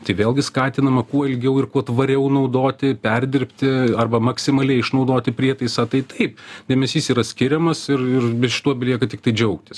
tai vėlgi skatinama kuo ilgiau ir kuo tvariau naudoti perdirbti arba maksimaliai išnaudoti prietaisą tai taip dėmesys yra skiriamas ir ir šituo belieka tiktai džiaugtis